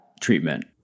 treatment